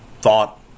thought